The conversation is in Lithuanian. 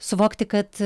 suvokti kad